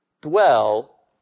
dwell